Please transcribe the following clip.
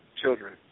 children